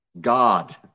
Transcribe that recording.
God